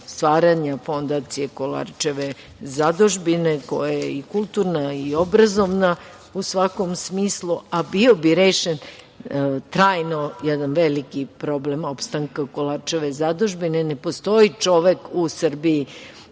stvaranja fondacije Kolarčeve zadužbine koja je i kulturna i obrazovna u svakom smislu, a bio bi rešen trajno jedan veliki problem opstanka u Kolarčevoj zadužbini. Ne postoji čovek u Srbiji